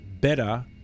better